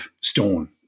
stone